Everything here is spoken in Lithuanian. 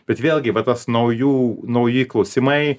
bet vėlgi va tas naujų nauji klausimai